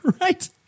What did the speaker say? Right